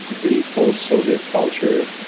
the post-soviet culture.